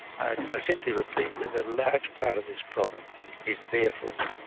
i simply repeat that a large part of this problem is their fault,